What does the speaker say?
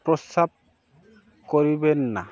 প্রস্রাব করিবেন না